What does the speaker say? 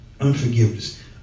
unforgiveness